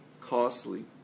costly